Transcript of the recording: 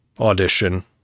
audition